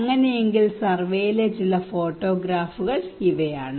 അങ്ങനെയെങ്കിൽ സർവേയിലെ ചില ഫോട്ടോഗ്രാഫുകൾ ഇതാണ്